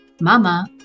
Mama